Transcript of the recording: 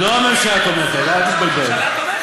לא הממשלה תומכת, אל תתבלבל.